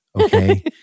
Okay